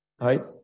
Right